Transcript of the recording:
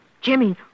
Jimmy